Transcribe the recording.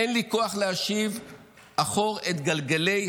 אין לי כוח להשיב אחור את גלגלי הזמן,